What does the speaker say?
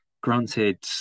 granted